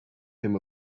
him